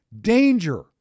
Danger